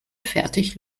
fertig